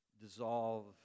dissolve